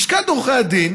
לשכת עורכי הדין